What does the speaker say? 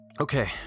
Okay